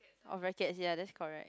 of rackets ya that's correct